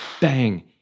bang